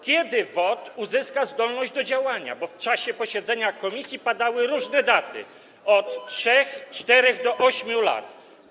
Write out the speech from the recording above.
Kiedy WOT uzyska zdolność do działania, bo w czasie posiedzenia komisji padały różne daty, od 3, 4 do 8 lat?